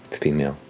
female.